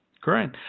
Great